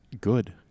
good